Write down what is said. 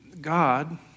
God